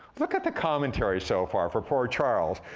look at the commentary so far for poor charles.